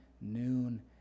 noon